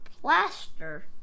Plaster